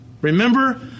Remember